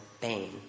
Bane